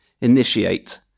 Initiate